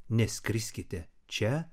neskriskite čia